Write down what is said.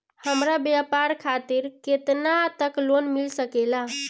हमरा व्यापार खातिर केतना तक लोन मिल सकेला?